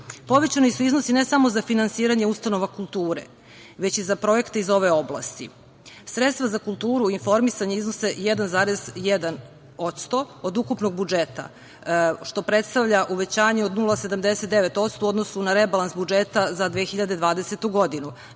dinara. Povećani su iznosi, ne samo za finansiranje ustanova kulture, već i za projekte iz ove oblasti. Sredstva za kulturu i informisanje iznose 1,1% od ukupnog budžeta što predstavlja uvećanje od 0,79% u odnosu na rebalans budžeta za 2020. godinu. Na